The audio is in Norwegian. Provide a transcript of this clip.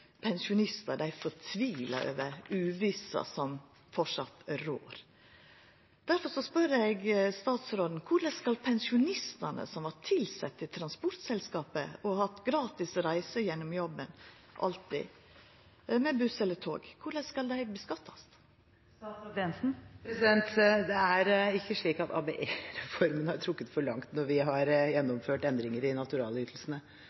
pensjonistar fortvilar over uvissa som framleis rår. Difor spør eg statsråden: Korleis skal pensjonistane som var tilsette i transportselskap og alltid har hatt gratis reise med buss eller tog gjennom jobben, skattleggjast? Det er ikke slik at ABE-reformen er trukket for langt når vi har